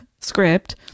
script